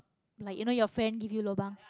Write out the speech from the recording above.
like you know your friend give you lobang